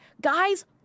Guys